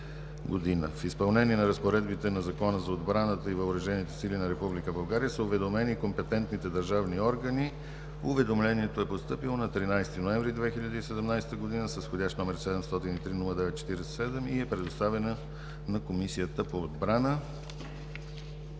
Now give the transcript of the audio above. В изпълнение на разпоредбите на Закона за отбраната и въоръжените сили на Република България са уведомени компетентните държавни органи. Уведомлението е постъпило на 13 ноември 2017 г. с вх. № 703-09-47 и е предоставено на Комисията по отбраната.